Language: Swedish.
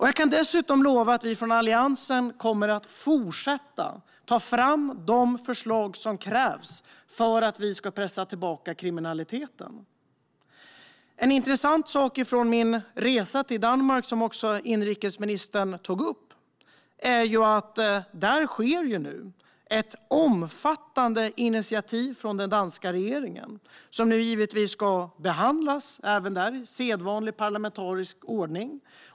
Jag kan dessutom lova att Alliansen kommer att fortsätta ta fram de förslag som krävs för att pressa tillbaka kriminaliteten. Inrikesministern tog upp min resa till Danmark. Det är intressant att den danska regeringen har tagit ett omfattande initiativ. Det ska givetvis behandlas, även där enligt sedvanlig parlamentarisk ordning.